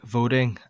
voting